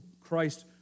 Christ